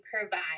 provide